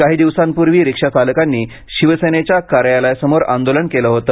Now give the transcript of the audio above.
काही दिवसांपूर्वी रिक्षा चालकांनी शिवसेनेच्या कार्यालयासमोर आंदोलन केलं होतं